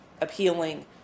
appealing